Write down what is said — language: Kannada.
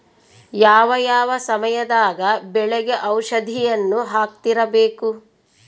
ಯಾವ ಯಾವ ಸಮಯದಾಗ ಬೆಳೆಗೆ ಔಷಧಿಯನ್ನು ಹಾಕ್ತಿರಬೇಕು?